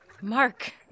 Mark